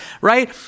right